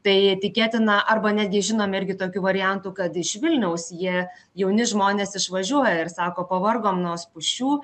tai tikėtina arba net gi žinome irgi tokių variantų kad iš vilniaus jie jauni žmonės išvažiuoja ir sako pavargom nuo spūsčių